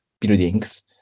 buildings